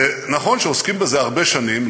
ונכון שעוסקים בזה הרבה שנים,